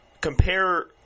compare